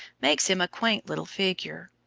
makes him a quaint little figure.